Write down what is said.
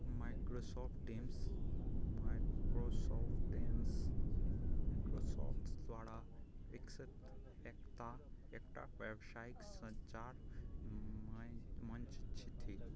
Microsoft Teams Microsoft Teams Microsoft द्वारा विकसित एकटा एकटा बेवसाइक सञ्चार मञ्च थिक